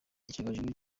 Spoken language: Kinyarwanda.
icyogajuru